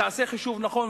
תעשה חישוב נכון,